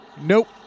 Nope